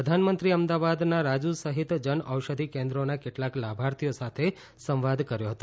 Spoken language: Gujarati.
પ્રધાનમંત્રીએ અમદાવાદના રાજુ સહિત જનઔષધિ કેન્દ્રોના કેટલાક લાભાર્થીઓ સાથે સંવાદ કર્યો હતો